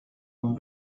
nun